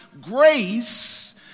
grace